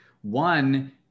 One